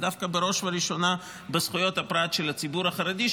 ודווקא בראש ובראשונה בזכויות הפרט של הציבור החרדי,